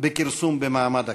בכרסום במעמד הכנסת,